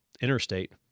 interstate